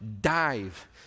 dive